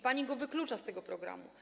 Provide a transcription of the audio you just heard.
Pani go wyklucza z tego programu.